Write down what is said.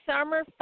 summer